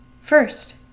First